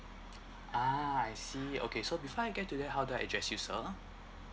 ah I see okay so before I get to that how do I address you sir